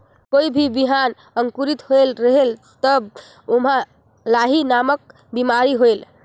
कोई भी बिहान अंकुरित होत रेहेल तब ओमा लाही नामक बिमारी होयल?